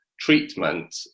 treatment